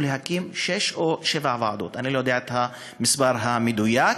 להקים שש או שבע ועדות אני לא יודע את המספר המדויק,